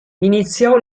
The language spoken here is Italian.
iniziò